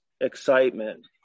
excitement